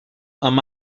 amb